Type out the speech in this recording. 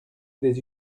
des